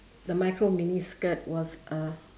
the micro mini skirt was a